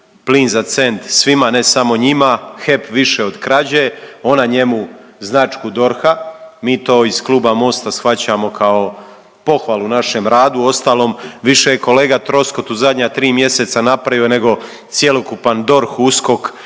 „Plin za cent svima, a ne samo njima! HEP više od krađe!“ Ona njemu značku DORH-a. Mi to iz kluba Mosta shvaćamo kao pohvalu našem radu. Uostalom više je kolega Troskot u zadnja tri mjeseca napravio, nego cjelokupan DORH,